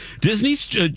Disney's